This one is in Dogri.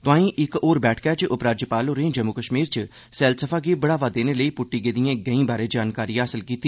तोआईं इक होर बैठका च उपराज्यपाल होरें जम्मू कश्मीर च सफलसफा गी बढ़ावा देने लेई पुट्टी गेदिए गैंई बारे जानकारी हासल कीती